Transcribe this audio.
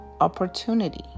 opportunity